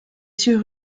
sur